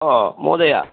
ओ महोदय